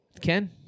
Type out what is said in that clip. Ken